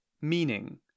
meaning